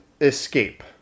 escape